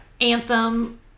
anthem